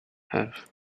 have